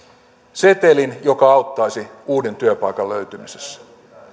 setelin joka auttaisi uuden työpaikan löytymisessä